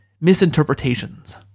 misinterpretations